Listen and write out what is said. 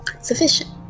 sufficient